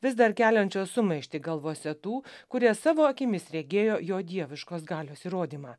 vis dar keliančios sumaištį galvose tų kurie savo akimis regėjo jo dieviškos galios įrodymą